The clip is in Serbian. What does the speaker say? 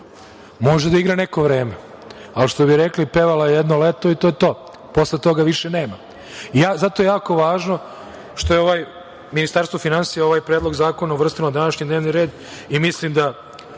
može da igra neko vreme, ali što bi rekli – pevala je jedno leto i to je to. Posle toga više nema. Zato je jako važno što je Ministarstvo finansija ovaj Predlog zakona uvrstilo u današnji dnevni red i mislim da